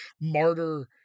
Martyr